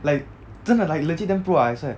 like 真的 like legit damn pro ah I swear